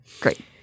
Great